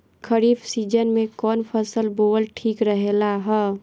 खरीफ़ season में कौन फसल बोअल ठिक रहेला ह?